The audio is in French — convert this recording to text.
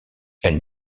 elle